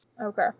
Okay